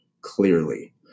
clearly